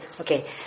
okay